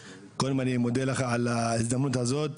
קודם כל, ווליד, אני מודה לך על ההזדמנות הזו,